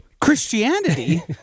Christianity